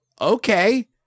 Okay